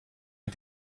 est